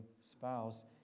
spouse